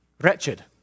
wretched